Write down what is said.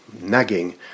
nagging